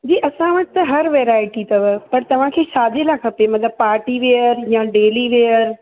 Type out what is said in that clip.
जी असां वटि त हरु वैराएटी अथव पर तव्हांखे छाजे लाइ खपे मतिलब पार्टी वेयर या डेली वेयर